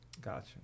Gotcha